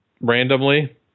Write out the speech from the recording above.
Randomly